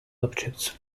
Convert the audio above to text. objects